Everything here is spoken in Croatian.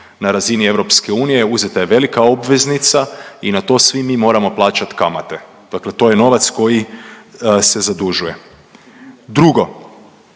na razini EU, uzeta je velika obveznica i na to svi mi moramo plaćati kamate. Dakle to je novac koji se zadužuje. Drugo,